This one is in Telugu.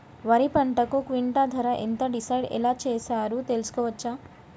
వరి పంటకు క్వింటా ధర ఎంత డిసైడ్ ఎలా చేశారు తెలుసుకోవచ్చా?